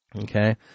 okay